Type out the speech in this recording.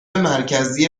مرکزی